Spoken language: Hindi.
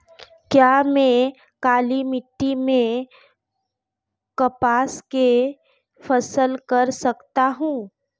क्या मैं काली मिट्टी में कपास की फसल कर सकता हूँ?